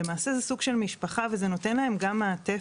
למעשה, זה סוג של משפחה, וזה נותן להם גם מעטפת.